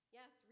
Yes